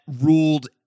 ruled